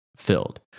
filled